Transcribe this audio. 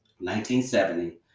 1970